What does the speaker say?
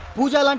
pooja like